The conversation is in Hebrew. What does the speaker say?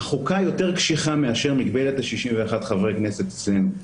החוקה יותר קשיחה מאשר מגבלת 61 חברי הכנסת אצלנו.